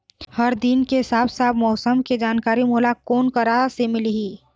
हर दिन के साफ साफ मौसम के जानकारी मोला कोन करा से मिलही?